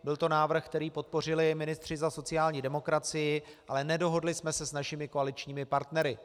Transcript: Byl to návrh, který podpořili ministři za sociální demokracii, ale nedohodli jsme se s našimi koaličními partnery.